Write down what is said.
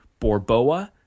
borboa